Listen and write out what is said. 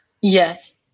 Yes